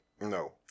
No